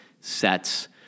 sets